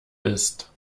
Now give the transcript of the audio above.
ist